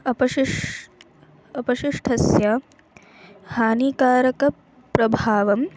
अपशिष् अवशिष्ठस्य हानिकारकं प्रभावम्